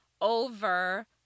over